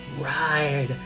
Ride